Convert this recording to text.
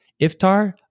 Iftar